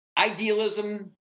idealism